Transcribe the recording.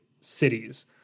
cities